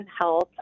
health